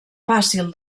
fàcil